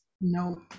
no